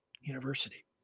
university